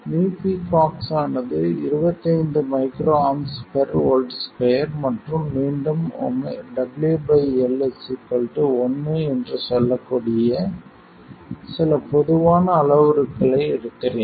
µpCox ஆனது 25 µAvolt2 மற்றும் மீண்டும் W L 1 என்று சொல்லக்கூடிய சில பொதுவான அளவுருக்களை எடுக்கிறேன்